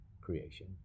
creation